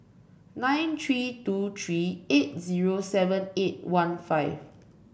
nine three two three eight zero seven eight one five